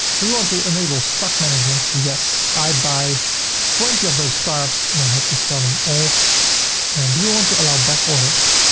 do you want to enable stock management? yes. i buy twenty of those scarfs and i hope to sell them all and we want to allow back orders.